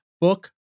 book